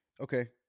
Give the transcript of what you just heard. Okay